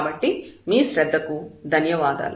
కాబట్టి మీ శ్రద్ధ కు ధన్యవాదాలు